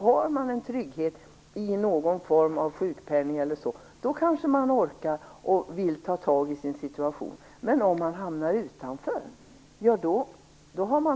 Har man en trygghet i någon form av sjukpenning e.d., kanske man orkar och vill ta tag i sin situation, men om man hamnar utanför